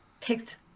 picked